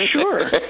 Sure